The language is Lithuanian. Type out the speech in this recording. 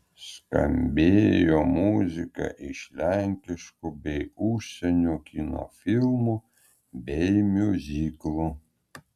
skambėjo muzika iš lenkiškų bei užsienio kino filmų bei miuziklų